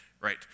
right